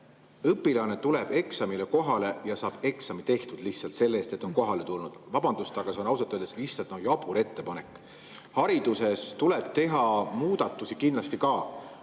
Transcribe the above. Õpilane tuleb eksamile kohale ja saab eksami tehtud lihtsalt selle eest, et on kohale tulnud. Vabandust, aga see on ausalt öeldes lihtsalt jabur ettepanek. Hariduses tuleb kindlasti